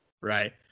Right